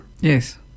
Yes